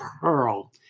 Pearl